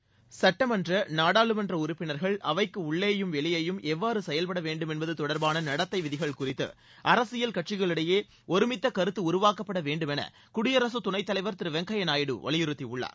வெங்கய்ய நாயுடு சட்டமன்ற நாடாளுமன்ற உறுப்பினர்கள் அவைக்கு உள்ளேயும் வெளியேயும் எவ்வாறு செயல்பட வேண்டுமென்பது தொடர்பான நடத்தை விதிகள் குறித்து அரசியல் கட்சிகளிடையே ஒருமித்த கருத்து உருவாக்கப்பட வேண்டும் என குடியரசு துணைத் தலைவர் திரு வெங்கய்ய நாயுடு வலியுறுத்தியுள்ளார்